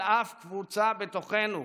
על אף קבוצה בתוכנו,